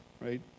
right